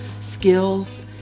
skills